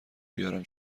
بیارم